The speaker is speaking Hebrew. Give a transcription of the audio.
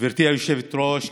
גברתי היושבת-ראש,